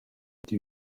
ati